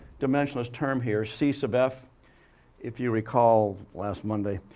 dimensionless term here, c sub f if you recall last monday,